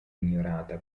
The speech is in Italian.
ignorata